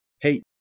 Hey